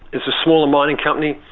it's a smaller mining company,